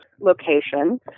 location